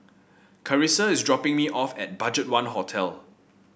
Karissa is dropping me off at BudgetOne Hotel